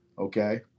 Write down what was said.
Okay